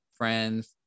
friends